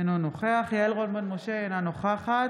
אינו נוכח יעל רון בן משה, אינה נוכחת